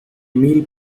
meal